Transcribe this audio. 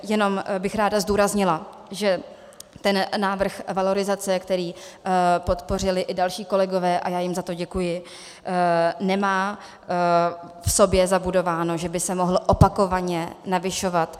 Jenom bych ráda zdůraznila, že návrh valorizace, který podpořili i další kolegové, a já jim za to děkuji, nemá v sobě zabudováno, že by se mohl opakovaně navyšovat.